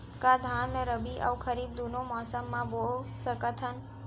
का धान ला रबि अऊ खरीफ दूनो मौसम मा बो सकत हन?